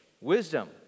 Wisdom